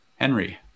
Henry